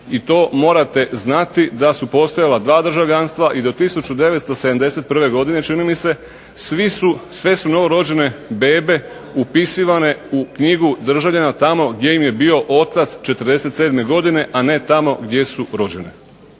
i to morate znati da su postojala dva državljanstva i do 1971. godine čini mi se sve su novorođene bebe upisivane u knjigu državljana tamo gdje im je bio otac 47. godine a ne tamo gdje su rođene.